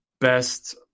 best